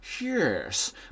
Yes